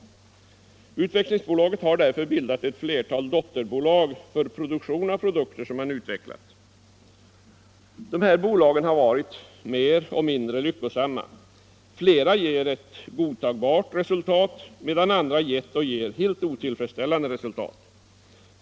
Utvecklingsbolaget har därför bildat ett antal dotterbolag för framställning av produkter som man utvecklat. Dessa bolag har varit mer eller mindre lyckosamma. Flera ger godtagbart resultat, medan andra gett och ger helt otillfredsställande resultat.